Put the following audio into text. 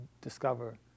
discover